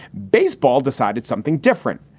baseball decided something different.